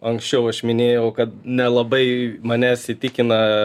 anksčiau aš minėjau kad nelabai manęs įtikina